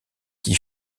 qui